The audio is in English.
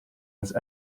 was